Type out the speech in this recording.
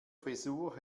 frisur